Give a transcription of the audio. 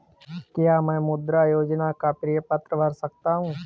क्या मैं मुद्रा योजना का प्रपत्र भर सकता हूँ?